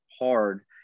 hard